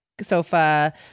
sofa